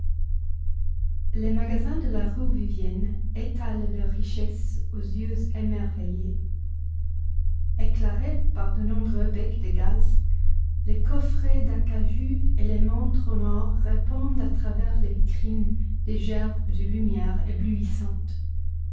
les magasins de la rue vivienne étalent leurs richesses aux yeux émerveillés éclairés par de nombreux becs de gaz les coffrets d'acajou et les montres en or répandent à travers les vitrines des gerbes de lumière éblouissante